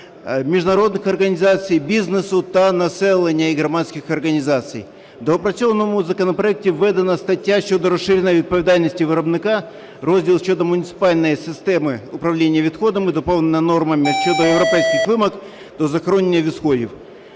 міжнародних організацій, бізнесу та населення і громадських організацій. У доопрацьованому законопроекті введена стаття щодо розширення відповідальності виробника, розділ щодо муніципальної системи управління відходами доповнено нормами щодо європейських вимог до захоронення відходів.